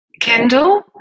Kendall